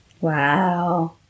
Wow